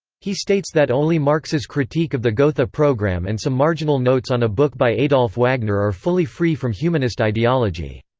he states that only marx's critique of the gotha programme and some marginal notes on a book by adolph wagner are fully free from humanist ideology.